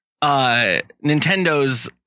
Nintendo's